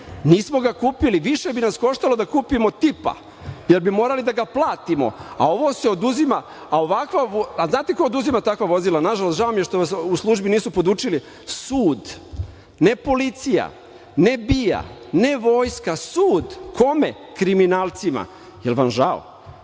nismo ga kupili. Više bi nas koštalo da kupimo Tipa, jer bi morali da ga platimo, a ovo se oduzima. Jel znate ko oduzima takva vozila, nažalost, žao mi je što vas u službi nisu podučili - sud, ne policija, ne BIA, ne vojska, sud. Kome? Kriminalcima. Jel vam žao?